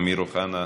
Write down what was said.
אמיר אוחנה,